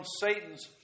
Satan's